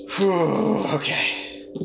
Okay